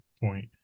point